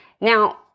Now